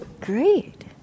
Great